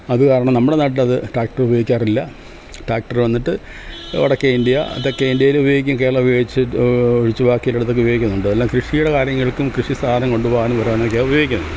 അത് കാരണം നമ്മുടെ നാട്ടിലത് ട്രാക്ടർ ഉപയോഗിക്കാറില്ല ട്രാക്ടർ വന്നിട്ട് വടക്കേ ഇന്ത്യ തെക്കേ ഇന്ത്യയിൽ ഉപയോഗിക്കും കേരള ഉപയോഗിച്ച് ഒഴിച്ച് ബാക്കി എല്ലായിടത്തുമൊക്കെ ഉപയോഗിക്കുന്നുണ്ട് ഇതെല്ലാം കൃഷിയുടെ കാര്യങ്ങൾക്കും കൃഷി സാധനം കൊണ്ടുപോകാനും വരാനും ഒക്കെയാണ് ഉപയോഗിക്കുന്നത്